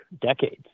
decades